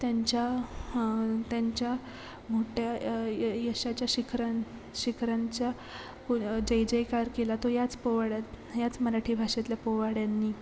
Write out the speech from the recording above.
त्यांच्या हां त्यांच्या मोठ्या यशाच्या शिखर शिखरांच्या कु जयजयकार केला तो याच पोवाड्यात याच मराठी भाषेतल्या पोवाड्यांनी